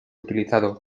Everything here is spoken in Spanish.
utilizado